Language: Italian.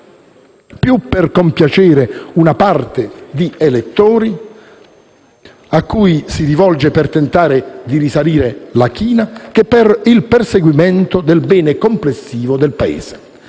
più per compiacere una parte di elettori cui si rivolge per tentare di risalire la china che per il perseguimento del bene complessivo del Paese.